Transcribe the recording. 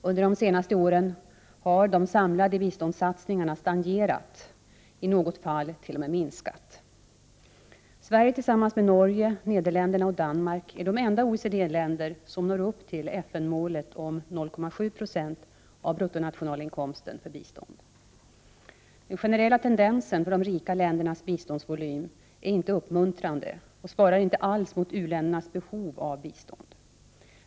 Under de senaste åren har de samlade biståndssatsningarna stagnerat, i något fall t.o.m. minskat. Sverige tillsammans med Norge, Nederländerna och Danmark är de enda OECD-länder som når upp till FN-målet om 0,7 20 av bruttonationalinkomsten för bistånd. Den generella tendensen för de rika ländernas biståndsvolym är inte uppmuntrande och svarar inte alls mot u-ländernas behov av bistånd.